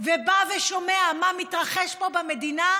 ובא שומע מה מתרחש פה במדינה,